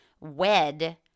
wed